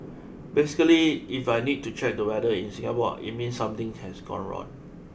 basically if I need to check the weather in Singapore it means something has gone wrong